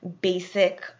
basic